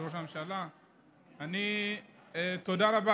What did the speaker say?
תודה רבה,